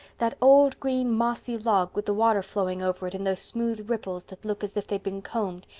that old green, mossy log with the water flowing over it in those smooth ripples that look as if they'd been combed,